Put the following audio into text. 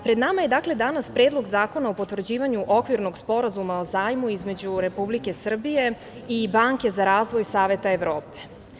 Pred nama je danas Predlog zakona o potvrđivanju okvirnog Sporazuma o zajmu između Republike Srbije i Banke za razvoj Saveta Evrope.